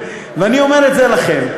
ואני אומר את זה לכם.